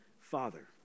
father